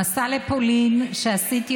זו הסתה.